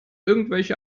irgendwelche